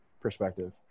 perspective